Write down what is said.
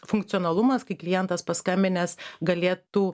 funkcionalumas kai klientas paskambinęs galėtų